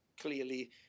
clearly